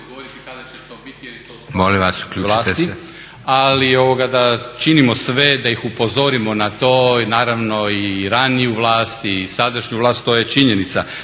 ali da činimo sve da ih upozorimo na to naravno i raniju vlast i sadašnju vlast, to je činjenica,